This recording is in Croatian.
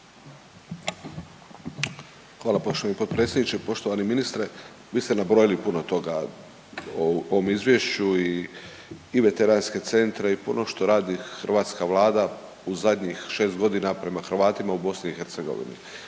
Hvala poštovani potpredsjedniče. Poštovani ministre, vi ste nabrojili puno toga u ovom izvješću i veteranske centre i puno što radi hrvatska vlada u zadnjih 6 godina prema Hrvatima u BiH.